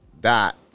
Dot